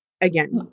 again